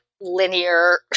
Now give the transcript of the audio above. linear